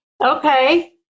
Okay